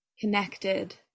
connected